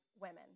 women